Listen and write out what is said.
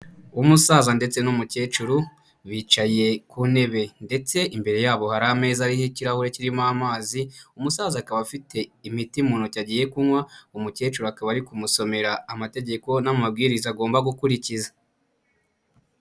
Umusaza ndetse n'umukecuru bicaye ku ntebe ndetse imbere yabo hari ameza ariho ikirahure kirimo amazi, umusaza akaba afite imiti mu ntoki agiye kunywa, umukecuru akaba ari kumusomera amategeko n'amabwiriza agomba gukurikiza.